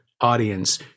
audience